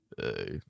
Hey